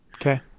Okay